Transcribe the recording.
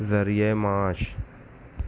ذریعہ معاش